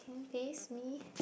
can you face me